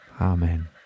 Amen